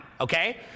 Okay